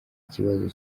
kibazo